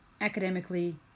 academically